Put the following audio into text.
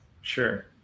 Sure